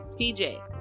PJ